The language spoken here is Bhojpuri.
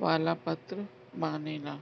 वाला पत्र मानेला